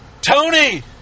Tony